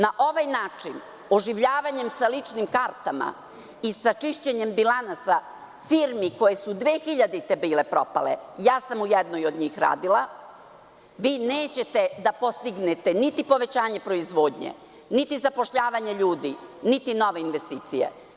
Na ovaj način, oživljavanjem sa ličnim kartama i sa čišćenjem bilansa firmi koje su 2000. godine bile propale, ja sam u jednoj od njih radila, nećete postići niti povećanje proizvodnje, niti zapošljavanje ljudi, niti nove investicije.